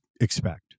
expect